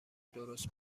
درست